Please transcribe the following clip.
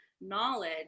knowledge